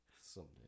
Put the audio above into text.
Someday